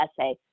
essay